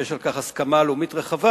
ויש על כך הסכמה לאומית רחבה.